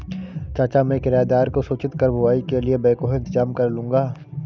चाचा मैं किराएदार को सूचित कर बुवाई के लिए बैकहो इंतजाम करलूंगा